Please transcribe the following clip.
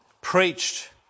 preached